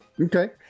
okay